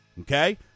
okay